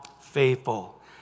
faithful